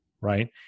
Right